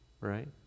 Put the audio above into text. right